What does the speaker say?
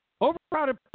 Overcrowded